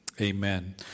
Amen